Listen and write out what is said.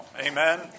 Amen